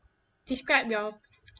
describe your